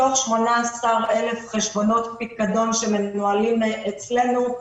מתוך 18,000 חשבונות פיקדון שמנוהלים אצלנו,